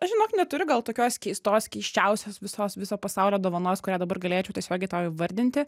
žinok neturiu gal tokios keistos keisčiausios visos viso pasaulio dovanos kurią dabar galėčiau tiesiogiai tau įvardinti